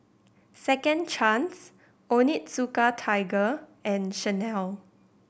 Second Chance Onitsuka Tiger and Chanel